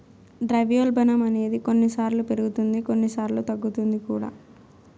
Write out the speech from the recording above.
ద్రవ్యోల్బణం అనేది కొన్నిసార్లు పెరుగుతుంది కొన్నిసార్లు తగ్గుతుంది కూడా